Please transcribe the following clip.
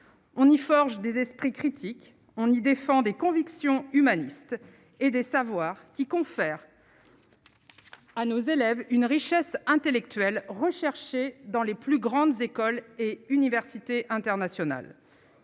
en y forge des esprits critiques on y défend des convictions humanistes et des savoirs qui confère à nos élèves une richesse intellectuelle rechercher dans les plus grandes écoles et universités internationales.